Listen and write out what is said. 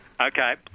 Okay